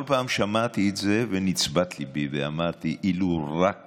כל פעם שמעתי את זה ונצבט ליבי ואמרתי: אילו רק